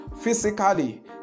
physically